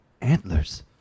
antlers